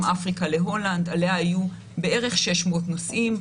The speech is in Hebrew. אפריקה להולנד עליה היו בערך 600 נוסעים,